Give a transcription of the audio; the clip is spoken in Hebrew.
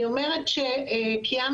אני אומרת שקיימנו